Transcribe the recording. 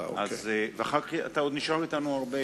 אתה עוד נשאר אתנו הרבה,